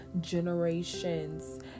generations